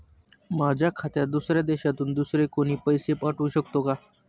माझ्या खात्यात दुसऱ्या देशातून दुसरे कोणी पैसे पाठवू शकतो का?